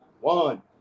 one